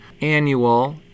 annual